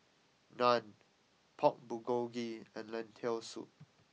Naan Pork Bulgogi and Lentil Soup